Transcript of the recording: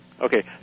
Okay